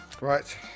Right